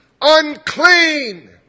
Unclean